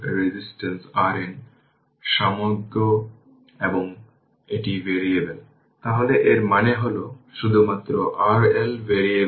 তাই 0 অ্যাম্পিয়ারের জন্য এটি এই t 0 এর মত এবং এটি ix t 203 এটি আমরা পেয়েছি